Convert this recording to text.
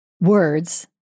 words